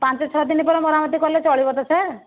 ପାଞ୍ଚ ଛଅ ଦିନ ପରେ ମରାମତି କଲେ ଚଳିବ ତ ସାର୍